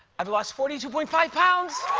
i've lost forty two point five pounds!